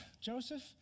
Joseph